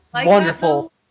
wonderful